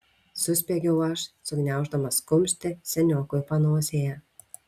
suspiegiau aš sugniauždamas kumštį seniokui panosėje